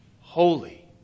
Holy